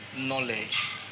knowledge